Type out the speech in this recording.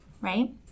right